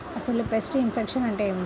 అసలు pest infection అంటే ఏమిటి?